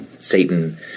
Satan